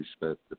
respect